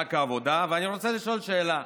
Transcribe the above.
מענק העבודה, ואני רוצה לשאול שאלה.